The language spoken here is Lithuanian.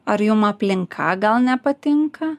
ar jum aplinka gal nepatinka